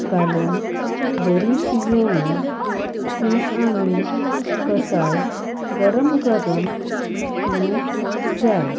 घालून बरीं शिजोवून तीं आमी कसाय गरम गरम पिवंक जाय